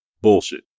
bullshit